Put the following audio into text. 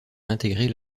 intégrer